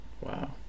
Wow